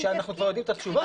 שאנחנו כבר יודעים את התשובה?